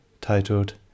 titled